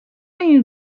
این